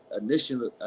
initially